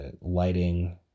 lighting